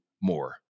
more